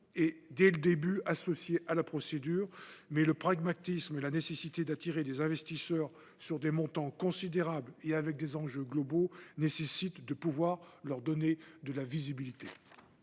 étroitement associés à la procédure. Le pragmatisme et la nécessité d’attirer des investisseurs sur des montants considérables et avec des enjeux globaux nécessitent de leur donner de la visibilité.